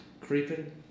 creeping